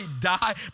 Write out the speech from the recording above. die